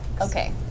Okay